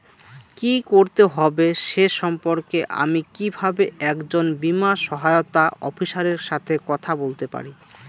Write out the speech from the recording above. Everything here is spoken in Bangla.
কী করতে হবে সে সম্পর্কে আমি কীভাবে একজন বীমা সহায়তা অফিসারের সাথে কথা বলতে পারি?